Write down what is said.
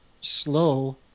slow